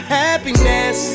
happiness